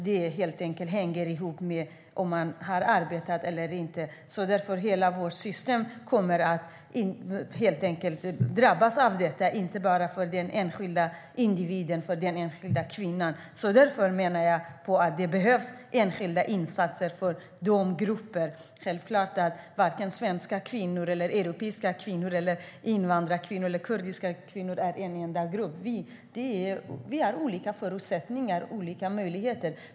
Det hänger ihop med om man har arbetat eller inte. Därför kommer hela vårt system att drabbas av detta, inte bara den enskilda kvinnan. Därför menar jag att det behövs enskilda insatser för de här grupperna. Självklart är inte svenska kvinnor, europeiska kvinnor, invandrarkvinnor eller kurdiska kvinnor en enda grupp. Vi har olika förutsättningar och olika möjligheter.